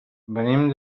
venim